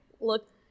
look